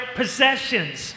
possessions